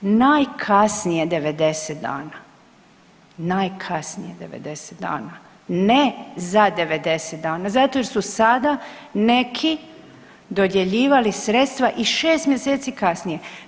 Najkasnije 90 dana, najkasnije 90 dana, ne za 90 dana zato jer su sada neki dodjeljivali sredstva i 6 mjeseci kasnije.